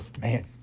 Man